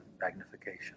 magnification